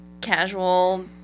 casual